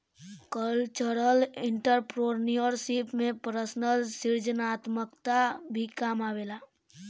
cultural entrepreneurship में personal सृजनात्मकता भी काम आवेला